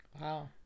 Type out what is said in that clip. Wow